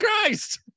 Christ